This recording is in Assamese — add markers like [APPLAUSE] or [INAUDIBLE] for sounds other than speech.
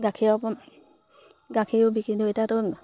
গাখীৰৰ গাখীৰ বিকিলোঁ [UNINTELLIGIBLE]